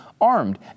armed